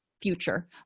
future